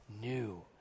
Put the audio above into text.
new